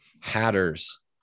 Hatters